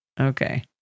Okay